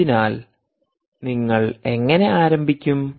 അതിനാൽ നിങ്ങൾ എങ്ങനെ ആരംഭിക്കും